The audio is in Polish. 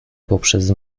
poprzez